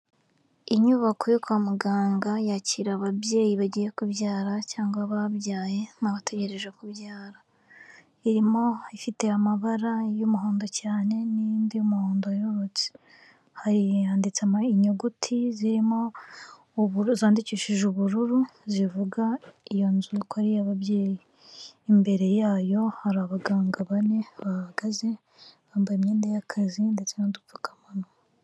Inyubako yo kwa muganga yakira ababyeyi bagiye kubyara cyangwa babyaye n'abategereje kubyara, irimo ifite amabara y'umuhondo cyane n'indi y'umuhondo yerurutse, hari yanditsemo inyuguti zirimo ubu zandikishije ubururu zivuga iyo nzu ko ari iy'ababyeyi, imbere yayo hari abaganga bane bahahagaze bambaye imyenda y'akazi ndetse n'udupfukamanwa.